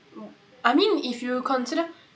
I mean if you consider